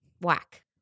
Whack